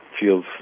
feels